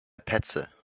petze